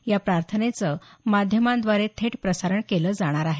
या प्रार्थनेचं माध्यमांद्वारे थेट प्रसारण केलं जाणार आहे